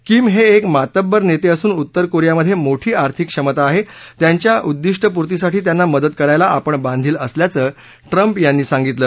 Kim हे एक मातब्बर नेते असून उत्तर कोरियामधे मोठी आर्थिक क्षमता आहे त्यांच्या उदिष्टपूर्तींसाठी त्यांना मदत करायला आपण बांधिल असल्याचं ट्रंप यांनी सांगितलं